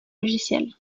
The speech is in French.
logiciel